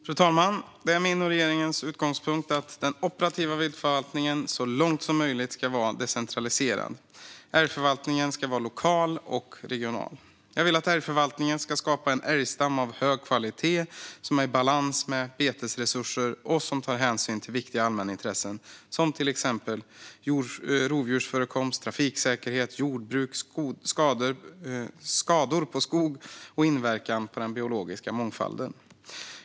Fru talman! Det är min och regeringens utgångspunkt att den operativa viltförvaltningen så långt som möjligt ska vara decentraliserad. Älgförvaltningen ska vara lokal och regional. Jag vill att älgförvaltningen ska skapa en älgstam av hög kvalitet som är i balans med betesresurserna och tar hänsyn till viktiga allmänintressen som till exempel rovdjursförekomst, trafiksäkerhet, jordbruk, skador på skog och inverkan på den biologiska mångfalden.